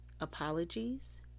Apologies